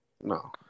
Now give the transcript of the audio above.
No